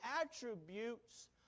attributes